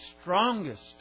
strongest